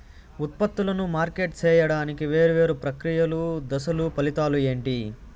ఉత్పత్తులను మార్కెట్ సేయడానికి వేరువేరు ప్రక్రియలు దశలు ఫలితాలు ఏంటి?